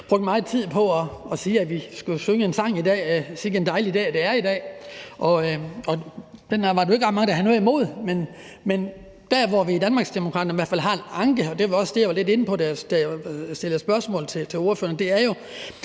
brugte meget tid på at sige, at vi i dag skulle synge sangen »Sikke´n dejlig dag det er i dag«. Den var der jo ikke ret mange der havde noget imod, men der, hvor vi i Danmarksdemokraterne i hvert fald har en anke, og det var også det, jeg var lidt inde på, da jeg stillede spørgsmål til ordføreren, er jo,